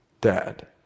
Dad